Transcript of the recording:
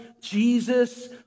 Jesus